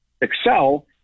excel